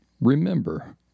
Remember